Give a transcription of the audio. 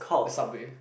the subway